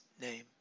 name